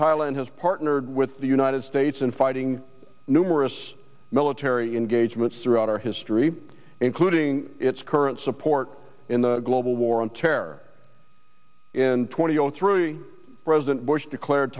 thailand has partnered with the united states in fighting numerous military engagements throughout our history including its current support in the global war on terror twenty zero three president bush declared